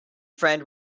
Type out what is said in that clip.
friend